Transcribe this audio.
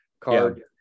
card